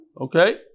Okay